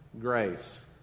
grace